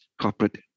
corporate